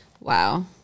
Wow